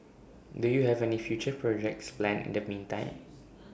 do you have any future projects planned in the meantime